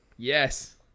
Yes